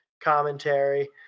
commentary